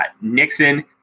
Nixon